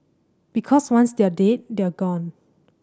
because once they're dead they're gone